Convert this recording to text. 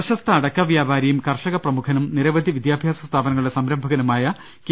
പ്രശസ്ത അടക്ക വ്യാപാരിയും കർഷക പ്രമുഖനും നിരവധി വിദ്യാഭ്യാസ സ്ഥാപനങ്ങളുടെ സംരംഭകനുമായ കെ